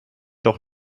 doch